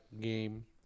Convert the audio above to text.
game